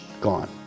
Gone